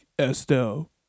Estelle